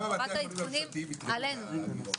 העדכונים עלינו.